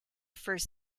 first